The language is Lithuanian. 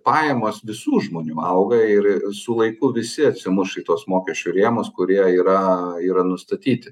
pajamos visų žmonių auga ir su laiku visi atsimuš į tuos mokesčių rėmus kurie yra yra nustatyti